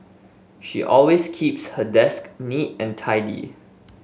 she always keeps her desk neat and tidy